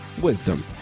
wisdom